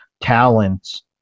talents